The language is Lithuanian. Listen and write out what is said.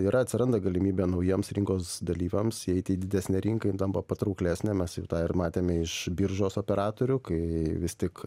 yra atsiranda galimybė naujiems rinkos dalyviams įeit į didesnę rinką jin tampa patrauklesnė mes jau tą ir matėm iš biržos operatorių kai vis tik